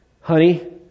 honey